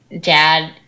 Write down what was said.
dad